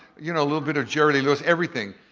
you know little bit of jerry lee lewis, everything.